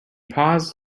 paused